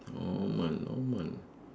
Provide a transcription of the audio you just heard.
normal normal